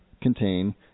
contain